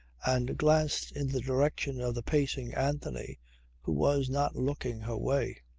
and glanced in the direction of the pacing anthony who was not looking her way.